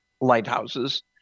lighthouses